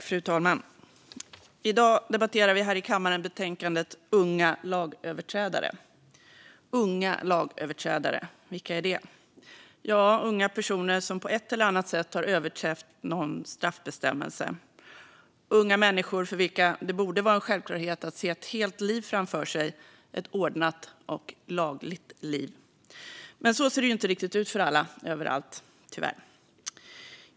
Fru talman! I dag debatterar vi här i kammaren betänkandet Unga lag överträdare . Unga lagöverträdare - vilka är det? Ja, det är unga personer som på ett eller annat sätt har överträtt någon straffbestämmelse. Det är unga människor för vilka det borde vara en självklarhet att se ett helt liv framför sig, ett ordnat och lagligt liv, men så ser det tyvärr inte riktigt ut för alla överallt.